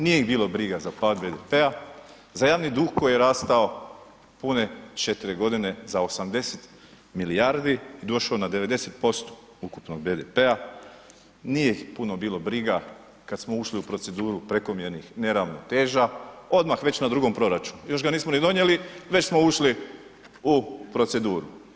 Nije ih bilo briga za pad BDP-a, za javni drug koji je rastao pune 4 godine za 80 milijardi, došao na 90% ukupnog BDP-a, nije ih puno bilo briga kad smo ušli u proceduru prekomjernih neravnoteža, odmah već na drugom proračunu, još ga nismo ni donijeli već smo ušli u proceduru.